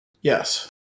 Yes